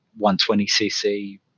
120cc